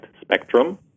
spectrum